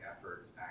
efforts